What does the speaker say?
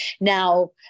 Now